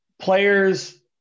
players